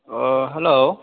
अ hello